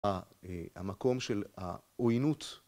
המקום של העוינות